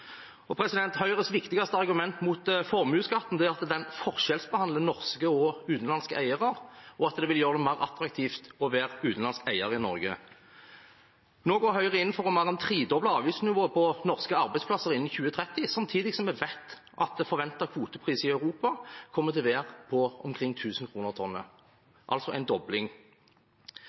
Høyres viktigste argument mot formuesskatten er at den forskjellsbehandler norske og utenlandske eiere, og at det vil gjøre det mer attraktivt å være utenlandsk eier i Norge. Nå går Høyre inn for mer enn å tredoble avgiftsnivået på norske arbeidsplasser innen 2030, samtidig som jeg vet at den forventede kvoteprisen i Europa kommer til å være på omkring 1 000 kr tonnet, altså en dobling.